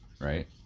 right